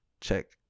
check